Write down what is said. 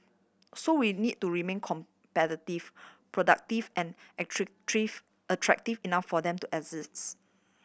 so we need to remain competitive productive and attractive enough for them to